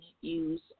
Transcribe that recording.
use